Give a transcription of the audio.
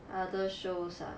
other shows ah